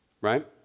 right